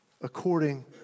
according